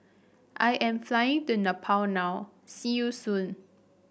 I am flying to Nepal now see you soon